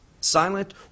silent